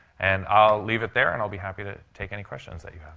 and i'll leave it there, and i'll be happy to take any questions that you